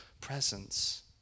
presence